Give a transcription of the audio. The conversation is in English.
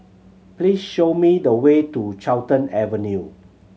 please show me the way to Carlton Avenue